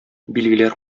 билгеләр